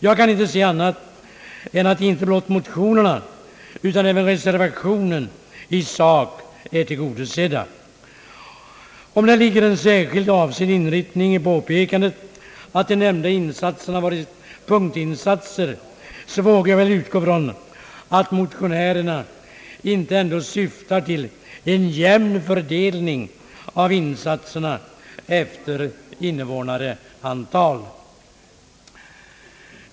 Jag kan inte se annat än att inte blott motionerna utan även reservationen i sak är tillgodosedda. Om det ligger en särskild avsedd inriktning i påpekandet att de nämnda insatserna varit punktinsatser, så vågar jag väl utgå från att motionärerna ändå inte syftar till en jämn fördelning av insatserna efter invånarantal.